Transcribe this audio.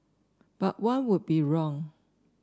but one would be wrong